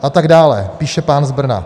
A tak dále, píše pán z Brna.